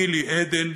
נילי עדן,